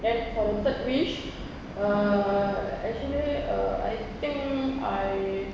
and for third wish uh actually uh I think I